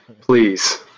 Please